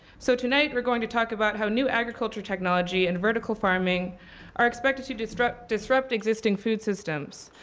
so tonight, we're going to talk about how new agriculture technology and vertical farming are expected to disrupt disrupt existing food systems